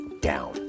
down